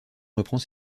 reprend